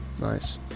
Nice